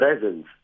presence